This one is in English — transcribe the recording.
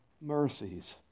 mercies